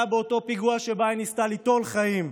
באותו פיגוע שבו היא ניסתה ליטול חיים.